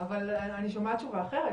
אבל אני שומעת תשובה אחרת.